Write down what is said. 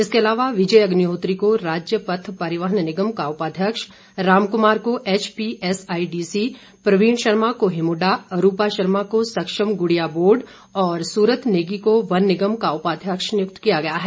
इसके अलावा विजय अग्निहोत्री को राज्य पथ परिवहन निगम का उपाध्यक्ष राम कुमार को एचपीएसआईडीसी प्रवीण शर्मा को हिमुडा रूपा शर्मा को सक्षम गुडिया बोर्ड और सूरत नेगी को वन निगम का उपाध्यक्ष नियुक्त किया गया है